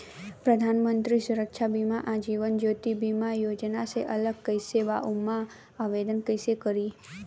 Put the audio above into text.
प्रधानमंत्री सुरक्षा बीमा आ जीवन ज्योति बीमा योजना से अलग कईसे बा ओमे आवदेन कईसे करी?